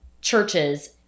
churches